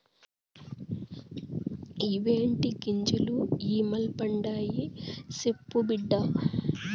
ఇయ్యే టీ గింజలు ఇ మల్పండాయి, సెప్పు బిడ్డా